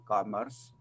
Commerce